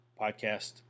podcast